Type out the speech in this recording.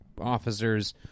officers